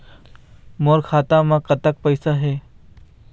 मोर खाता म कतक पैसा हे?